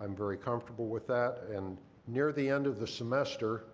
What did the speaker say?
i'm very comfortable with that and near the end of the semester